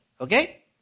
Okay